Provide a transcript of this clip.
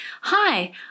Hi